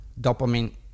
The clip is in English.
Dopamine